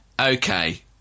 okay